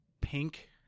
pink